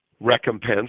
recompense